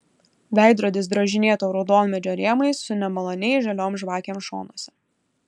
veidrodis drožinėto raudonmedžio rėmais su nemaloniai žaliom žvakėm šonuose